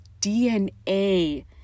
DNA